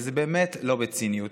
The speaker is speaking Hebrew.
וזה באמת לא בציניות,